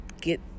get